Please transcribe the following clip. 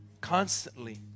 constantly